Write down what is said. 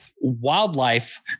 Wildlife